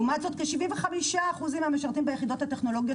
לעומת זאת כ-75% מהמשרתים ביחידות הטכנולוגיות